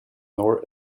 nor